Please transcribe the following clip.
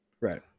right